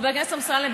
חבר הכנסת אמסלם,